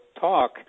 talk